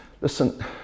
listen